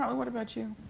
um what about you,